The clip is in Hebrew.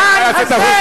נא לצאת.